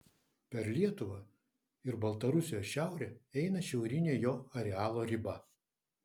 per lietuvą ir baltarusijos šiaurę eina šiaurinė jo arealo riba